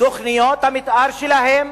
תוכניות המיתאר שלהם,